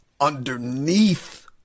underneath